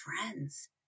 friends